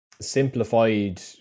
simplified